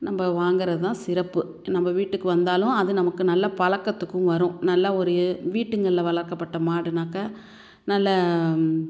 நம்ம வாங்கிறதுதான் சிறப்பு நம்ம வீட்டுக்கு வந்தாலும் அது நமக்கு நல்ல பழக்கத்துக்கும் வரும் நல்ல ஒரு வீடுங்களில் வளர்க்கப்பட்ட மாடுன்னாக்கால் நல்ல